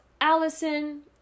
Allison